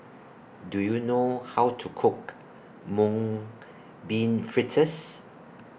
Do YOU know How to Cook Mung Bean Fritters